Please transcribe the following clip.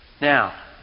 Now